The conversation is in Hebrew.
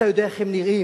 אתה יודע איך הם נראים,